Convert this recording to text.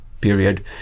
period